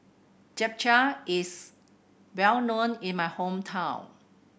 japchae is well known in my hometown